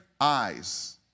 eyes